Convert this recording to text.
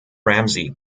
ramsey